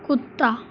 कुत्ता